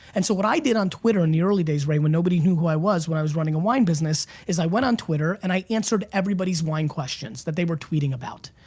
and so what i did on twitter in the early days when nobody knew who i was when i was running a wine business is i went on twitter and i answered everybody's wine questions that they were tweeting about.